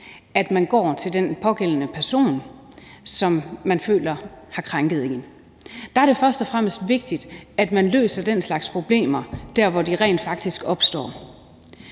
at man går til den pågældende person, som man føler har krænket en. Der er det først og fremmest vigtigt, at man løser den slags problemer dér, hvor de rent faktisk opstår.